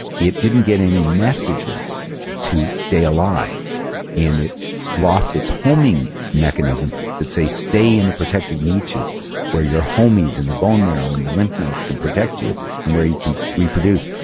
it didn't get any messages to stay alive and it lost its homing mechanism that say, stay in the protective niches where your homeys in the bone marrow and the lymph nodes can protect you and where you can reproduce.